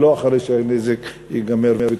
ולא אחרי שהנזק ייגרם.